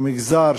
או מגזר,